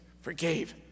forgave